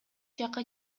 жакка